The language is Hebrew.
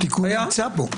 התיקון נמצא פה.